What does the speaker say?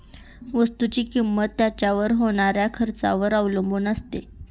वस्तुची किंमत त्याच्यावर होणाऱ्या खर्चावर अवलंबून असते